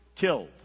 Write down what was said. killed